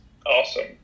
Awesome